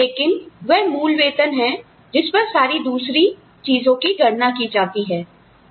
लेकिन वह मूल वेतन है जिस पर सारी दूसरी चीजों की गणना की जाती है